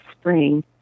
spring